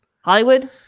Hollywood